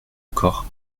encore